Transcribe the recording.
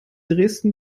dresden